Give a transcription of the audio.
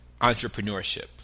entrepreneurship